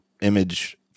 image